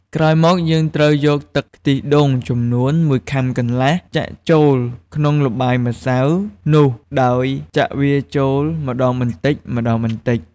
ក្រោយមកយើងត្រូវយកទឹកខ្ទិះដូងចំនួន១ខាំកន្លះ ចាក់ចូលក្នុងល្បាយម្សៅនោះ ដោយចាក់វាចូលម្ដងបន្តិចៗ។